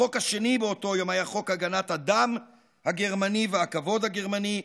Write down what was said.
החוק השני באותו יום היה חוק הגנת הדם הגרמני והכבוד הגרמני,